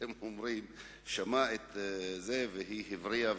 שמע את התפילות והיא הבריאה.